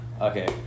okay